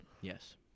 Yes